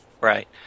Right